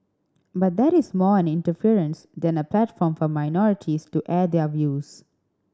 but that is more an inference than a platform for minorities to air their views